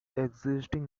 existing